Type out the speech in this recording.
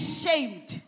shamed